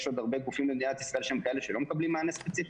יש עוד הרבה גופים במדינת ישראל שהם כאלה שלא מקבלים מענה ספציפי?